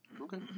Okay